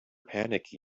panicky